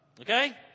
Okay